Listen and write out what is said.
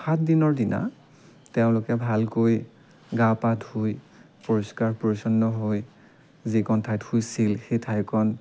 সাতদিনৰ দিনা তেওঁলোকে ভালকৈ গা পা ধুই পৰিষ্কাৰ পৰিচ্ছন্ন হৈ যিকণ ঠাইত শুইছিল সেই ঠাইকণ